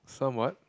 some what